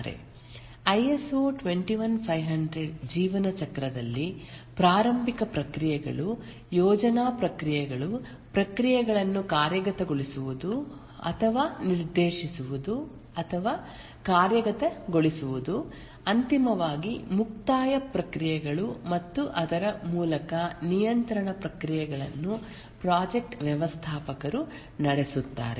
I S O 21500 ಜೀವನ ಚಕ್ರದಲ್ಲಿ ಪ್ರಾರಂಭಿಕ ಪ್ರಕ್ರಿಯೆಗಳು ಯೋಜನಾ ಪ್ರಕ್ರಿಯೆಗಳು ಪ್ರಕ್ರಿಯೆಗಳನ್ನು ಕಾರ್ಯಗತಗೊಳಿಸುವುದು ಅಥವಾ ನಿರ್ದೇಶಿಸುವುದು ಅಥವಾ ಕಾರ್ಯಗತಗೊಳಿಸುವುದು ಅಂತಿಮವಾಗಿ ಮುಕ್ತಾಯ ಪ್ರಕ್ರಿಯೆಗಳು ಮತ್ತು ಅದರ ಮೂಲಕ ನಿಯಂತ್ರಣ ಪ್ರಕ್ರಿಯೆಗಳನ್ನು ಪ್ರಾಜೆಕ್ಟ ವ್ಯವಸ್ಥಾಪಕರು ನಡೆಸುತ್ತಾರೆ